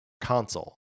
console